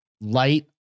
light